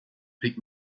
pick